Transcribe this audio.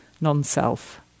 non-self